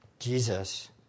Jesus